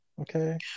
Okay